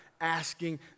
asking